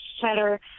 cheddar